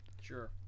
Sure